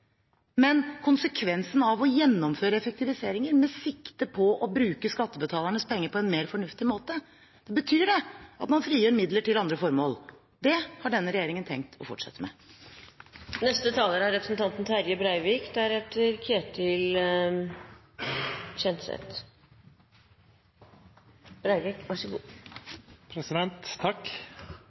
Men konsekvensen av å gjennomføre effektiviseringer med sikte på å bruke skattebetalernes penger på en mer fornuftig måte, betyr at man frigjør midler til andre formål. Det har denne regjeringen tenkt å fortsette